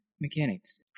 mechanics